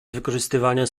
wykorzystywania